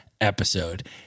episode